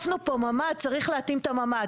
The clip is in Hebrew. צריך להתאים את הממ"ד,